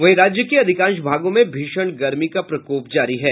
वहीं राज्य के अधिकांश भागों में भीषण गर्मी का प्रकोप जारी है